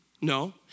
No